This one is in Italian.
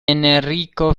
enrico